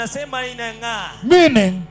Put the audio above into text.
Meaning